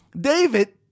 David